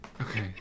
Okay